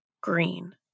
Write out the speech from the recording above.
green